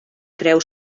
creu